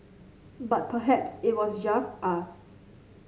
but perhaps it was just us